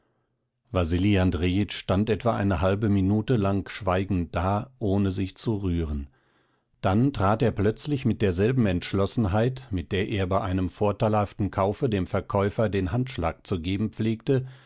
wasili andrejitsch stand etwa eine halbe minute lang schweigend da ohne sich zu rühren dann trat er plötzlich mit derselben entschlossenheit mit der er bei einem vorteilhaften kaufe dem verkäufer den handschlag zu geben pflegte